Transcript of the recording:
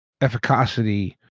efficacy